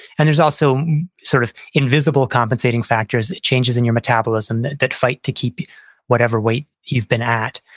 and there's also sort of invisible compensating factors, changes in your metabolism that that fight to keep whatever weight you've been at.